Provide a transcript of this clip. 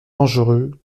dangereux